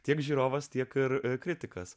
tiek žiūrovas tiek ir kritikas